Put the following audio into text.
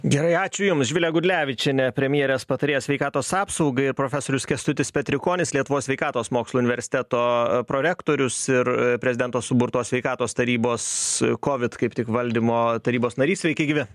gerai ačiū jums živilė gudlevičienė premjerės patarėjo sveikatos apsaugai ir profesorius kęstutis petrikonis lietuvos sveikatos mokslų universiteto prorektorius ir prezidento suburtos sveikatos tarybos kovit kaip tik valdymo tarybos narys sveiki gyvi